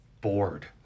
bored